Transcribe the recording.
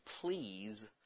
please